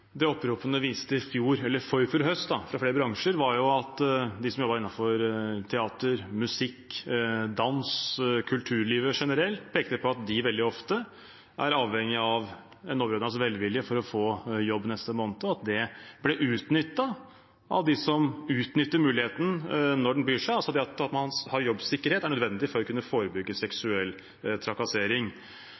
Det oppropene fra flere bransjer viste i forfjor høst, var at de som jobbet innenfor teater, musikk, dans og kulturlivet generelt, pekte på at de veldig ofte er avhengige av en overordnets velvilje for å få jobb neste måned, og at det ble utnyttet av dem som utnytter muligheten når den byr seg. Det at man har jobbsikkerhet, er nødvendig for å kunne forebygge seksuell trakassering.